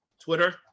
Twitter